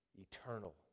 eternal